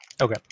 Okay